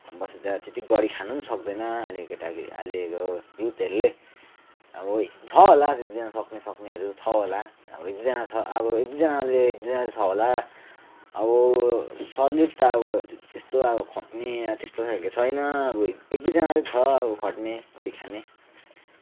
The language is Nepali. बस्तीमा त त्यति गरि खान पनि सक्दैनन् अहिलेको केटाहरू अहिलेको युथहरूले अब छ होला एक दुईजना सक्ने सक्नेहरू छ होला छ होला अब एक दुईजनाले एक दुईजना छ होला अब सलिड त अब त्यस्तो अब खट्ने त्यस्तो खालका छैन अब एक दुईजना चाहिँ छ अब खट्ने गरिखाने